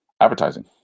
advertising